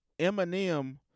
Eminem